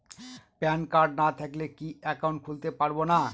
Pan card না থাকলে কি একাউন্ট খুলতে পারবো না?